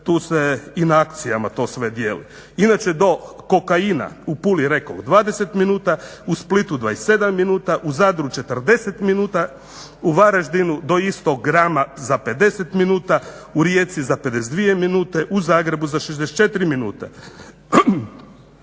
tu se i na akcijama to sve dijeli. Inače do kokaina u Puli rekoh 20 minuta, u Splitu 27 minuta, u Zadru 40 minuta, u Varaždinu do istog grama za 50 minuta, u Rijeci za 52 minute, u Zagrebu za 64 minute.